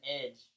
edge